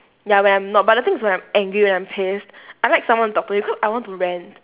ya when I'm not but the thing is when I'm angry when I'm pissed I like someone to talk to cause I want to rant